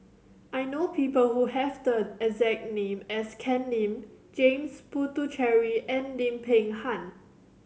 I know people who have the exact name as Ken Lim James Puthucheary and Lim Peng Han